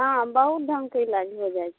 हँ बहुत ढङ्गके इलाज होइ जाइ छै